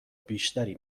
بیشتری